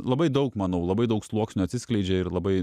labai daug manau labai daug sluoksnių atsiskleidžia ir labai